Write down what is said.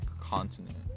continent